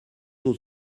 aux